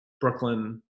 Brooklyn